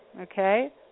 okay